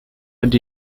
and